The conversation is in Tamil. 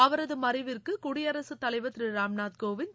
அவரது மறைவிற்கு குடியரசுத் தலைவர் திரு ராம்நாத் கோவிந்த்